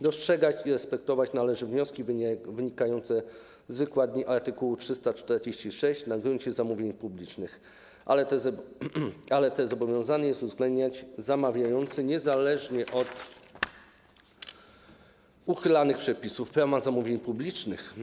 Dostrzegać i respektować należy wnioski wynikające z wykładni art. 346 na gruncie zamówień publicznych, które zobowiązany jest uwzględniać zamawiający niezależnie od uchylanych przepisów Prawa zamówień publicznych.